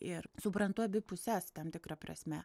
ir suprantu abi puses tam tikra prasme